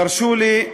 תרשו לי,